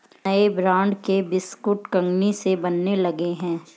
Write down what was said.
नए ब्रांड के बिस्कुट कंगनी से बनने लगे हैं